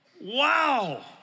wow